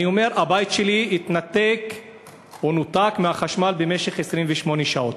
אני אומר, הבית שלי נותק מהחשמל במשך 28 שעות.